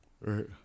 Right